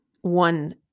one